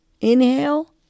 Inhale